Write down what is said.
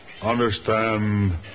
understand